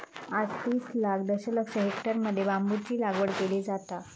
आज तीस लाख दशलक्ष हेक्टरमध्ये बांबूची लागवड केली जाता